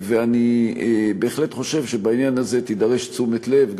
אני בהחלט חושב שבעניין הזה תידרש תשומת לב,